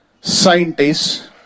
Scientists